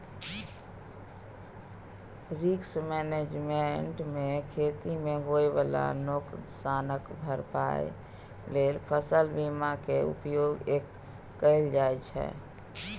risk management मे खेती मे होइ बला नोकसानक भरपाइ लेल फसल बीमा केर उपयोग कएल जाइ छै